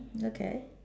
okay